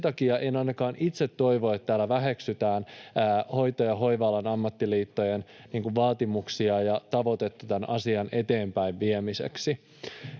takia en ainakaan itse toivo, että täällä väheksytään hoito- ja hoiva-alan ammattiliittojen vaatimuksia ja tavoitetta tämän asian eteenpäinviemiseksi.